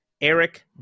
Eric